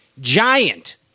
giant